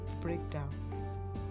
breakdown